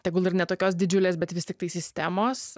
tegul ir ne tokios didžiulės bet vis tiktai sistemos